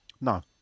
No